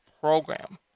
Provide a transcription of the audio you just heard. Program